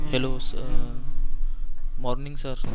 hello sir morning sir